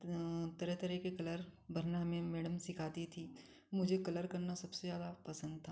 तरह तरह के कलर भरना हमें मैडम सिखाती थीं मुझे कलर करना सबसे ज्यादा पसन्द था